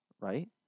right